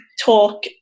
talk